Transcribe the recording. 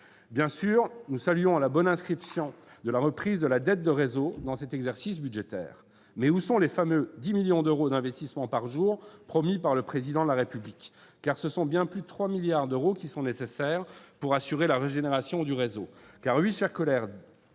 Bien entendu, nous saluons la bonne inscription de la reprise de la dette de SNCF Réseau dans cet exercice budgétaire, mais où sont les fameux 10 millions d'euros d'investissements par jour promis par le Président de la République ? Car ce sont bien plus de 3 milliards d'euros qui sont nécessaires pour assurer la régénération du réseau